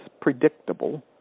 predictable